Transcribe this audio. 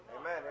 Amen